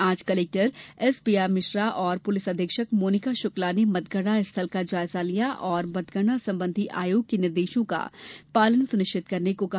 आज collector S Priya Mishra और police अधीक्षक मोनिका शुक्ला ने मतगणना स्थल का जायजा लिया और मतगणना संबंधी आयोग के निर्देशों का पालन सुनिश्चित करने को कहा